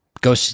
go